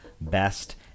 best